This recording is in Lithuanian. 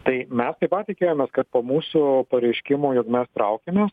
tai mes taip pat tikėjomės kad po mūsų pareiškimo jog mes traukiamės